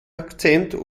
akzent